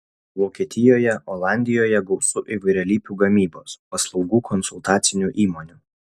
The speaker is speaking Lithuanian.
vokietijoje olandijoje gausu įvairialypių gamybos paslaugų konsultacinių įmonių